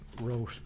wrote